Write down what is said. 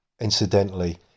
Incidentally